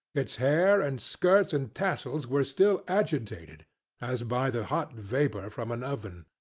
its hair, and skirts, and tassels, were still agitated as by the hot vapour from an oven.